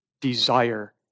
desire